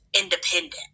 independent